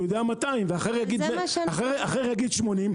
הוא יודע שזה 200,000. ואחר יגיד 80,000